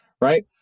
right